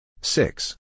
Six